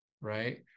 right